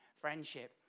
Friendship